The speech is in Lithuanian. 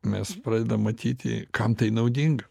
mes pradedam matyti kam tai naudinga